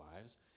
lives